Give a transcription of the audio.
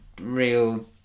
real